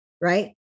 right